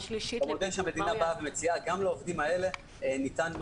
כאן יש מודל שהמדינה מציעה גם לעובדים האלה מענה.